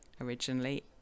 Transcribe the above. originally